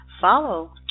Follow